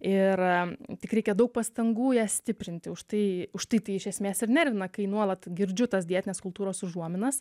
ir tik reikia daug pastangų ją stiprinti už tai už tai tai iš esmės ir nervina kai nuolat girdžiu tas dietinės kultūros užuominas